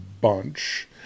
bunch